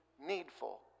needful